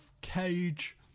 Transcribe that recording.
Cage